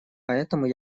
поэтому